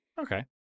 Okay